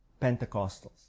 Pentecostals